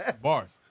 Bars